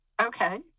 okay